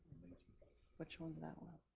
which one's that one?